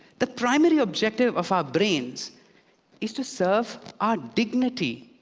the primary objective of our brains is to serve our dignity.